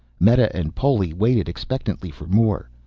meta and poli waited expectantly for more,